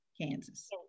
Kansas